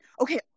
Okay